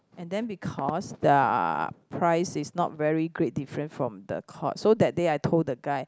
and then because their price is not very great different from the Courts so that day I told the guy